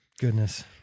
Goodness